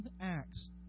acts